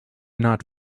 not